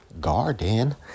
garden